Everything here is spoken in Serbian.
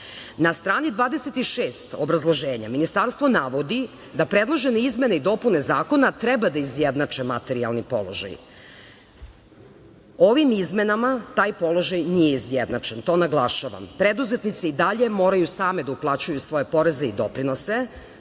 strani 26. obrazloženja ministarstvo navodi da predložene izmene i dopune zakona treba da izjednače materijalni položaj. Ovim izmenama taj položaj nije izjednačen. To naglašavam. Preduzetnice i dalje moraju same da uplaćuju svoje poreze i doprinose,